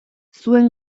zuen